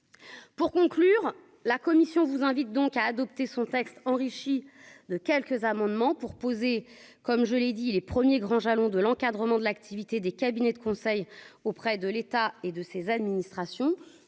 pour conclure la commission vous invite donc à adopter son texte enrichi de quelques amendements pour poser comme je l'ai dit, les premiers grands jalons de l'encadrement de l'activité des cabinets de conseil auprès de l'État et de ses administrations